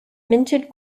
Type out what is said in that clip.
minted